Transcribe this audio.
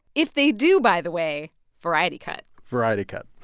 if they do, by the way variety cut variety cut